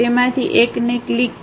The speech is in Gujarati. તેમાંથી એકને ક્લિક કરો